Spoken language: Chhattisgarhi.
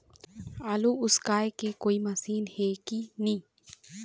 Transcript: आलू उसकाय के कोई मशीन हे कि नी?